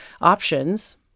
options